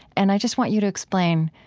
and i just want you to explain,